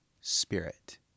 spirit